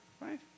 Right